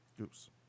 Oops